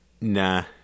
Nah